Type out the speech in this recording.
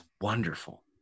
wonderful